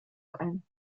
ein